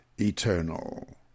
eternal